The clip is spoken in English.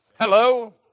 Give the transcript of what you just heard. Hello